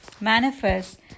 manifest